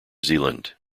zealand